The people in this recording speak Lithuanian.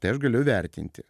tai aš galiu vertinti